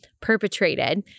perpetrated